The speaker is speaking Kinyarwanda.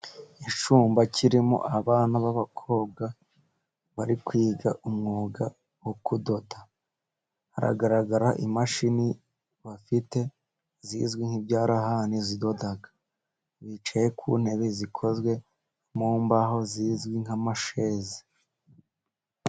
Icyumba kirimo abana b'abakobwa bari kwiga umwuga wo kudoda, haragaragara imashini bafite zizwi nk'ibyarahani zidodaga, bicaye ku ntebe zikozwe mu mbaho zizwi nka masheze.